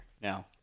now